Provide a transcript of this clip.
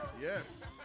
Yes